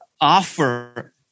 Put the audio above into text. offer